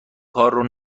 کارو